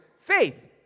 faith